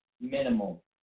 minimal